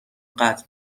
قطع